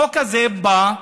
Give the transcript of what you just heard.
החוק הזה בא,